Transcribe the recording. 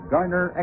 Garner